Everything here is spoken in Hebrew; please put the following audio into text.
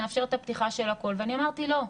נאפשר את הפתיחה של הכול ואני אמרתי לא,